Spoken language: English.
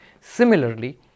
Similarly